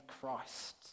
Christ